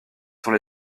sont